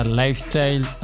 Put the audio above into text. lifestyle